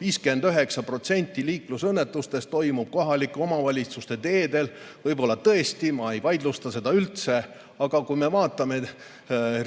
59% liiklusõnnetustest toimub kohalike omavalitsuste teedel – võib-olla tõesti, ma ei vaidlusta seda –, aga kui me vaatame